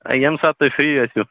ہَے ییٚمہِ ساتہٕ تُہۍ فرٛی ٲسِو